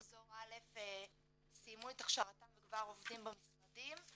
מחזור א' סיימו את הכשרתם וכבר עובדים במשרדים,